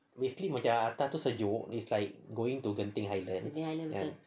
basically macam atas tu sejuk it's like going to genting highlands